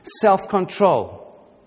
self-control